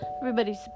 everybody's